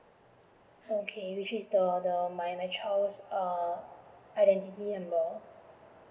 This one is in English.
okay which is the the my my child's err identity number